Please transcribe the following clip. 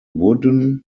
wooden